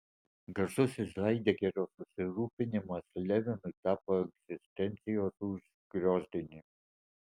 garsusis haidegerio susirūpinimas levinui tapo egzistencijos užgriozdinimu